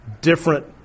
different